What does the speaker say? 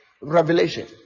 Revelation